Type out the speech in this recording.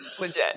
Legit